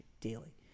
Daily